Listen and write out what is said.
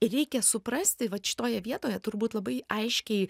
reikia suprasti vat šitoje vietoje turbūt labai aiškiai